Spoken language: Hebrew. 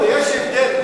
יש הבדל,